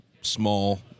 small –